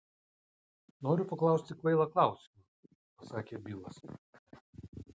noriu paklausti kvailą klausimą pasakė bilas